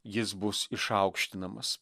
jis bus išaukštinamas